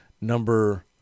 number